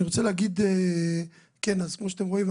אני רוצה להגיד: כמו שאתם רואים,